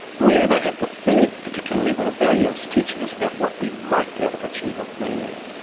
where they have the third particular level of value is teaching us but what we might be able to achieve on the mainland.